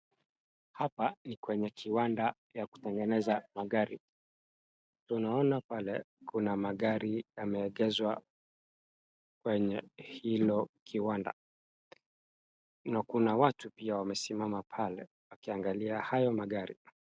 Hapa ni kwenye kiwanda ya kutengeneza magari tunaona pale kuna magari yameegezwa kwenye hilo kiwanda na kuna watu pia wamesimama pale wakiangalia hayo magari.